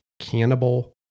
Cannibal